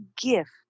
gift